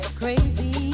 crazy